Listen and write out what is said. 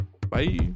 Bye